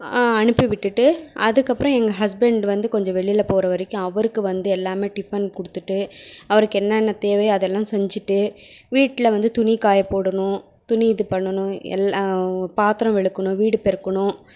அனுப்பி விட்டுவிட்டு அதுக்கப்புறம் எங்கள் ஹஸ்பண்ட் வந்து கொஞ்சம் வெளியில் போகற வரைக்கும் அவருக்கு வந்து எல்லாமே டிஃபன் கொடுத்துட்டு அவருக்கு என்னென்ன தேவையோ அதெல்லாம் செஞ்சிவிட்டு வீட்டில வந்து துணி காய போடணும் துணி இது பண்ணுனும் எல்லாம் பாத்திரம் விளக்கணும் வீடு பெருக்கணும்